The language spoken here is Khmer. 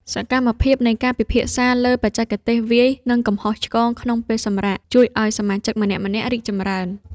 សកម្មភាពនៃការពិភាក្សាពីបច្ចេកទេសវាយ និងកំហុសឆ្គងក្នុងពេលសម្រាក ជួយឱ្យសមាជិកម្នាក់ៗរីកចម្រើន។